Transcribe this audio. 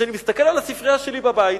כשאני מסתכל על הספרייה שלי בבית,